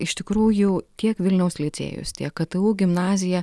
iš tikrųjų tiek vilniaus licėjus tiek ktu gimnazija